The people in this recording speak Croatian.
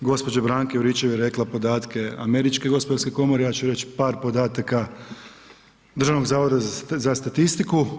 Gđa. Branka Juričev je rekla podatke Američke gospodarske komore, ja ću reći par podataka Državnog zavoda za statistiku.